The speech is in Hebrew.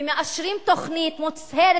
ומאשרים תוכנית מוצהרת,